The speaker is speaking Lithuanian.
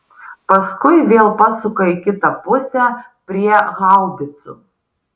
paskui vėl pasuka į kitą pusę prie haubicų